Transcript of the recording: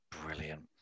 Brilliant